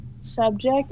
subject